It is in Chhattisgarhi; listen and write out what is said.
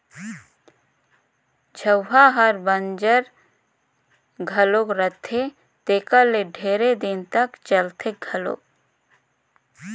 झउहा हर बंजर घलो रहथे तेकर ले ढेरे दिन तक चलथे घलो